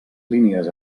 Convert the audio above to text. línies